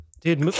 Dude